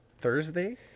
thursday